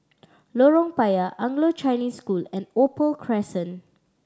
Lorong Payah Anglo Chinese School and Opal Crescent